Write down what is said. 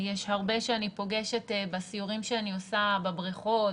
יש הרבה שאני פוגשת בסיורים שאני עושה בבריכות,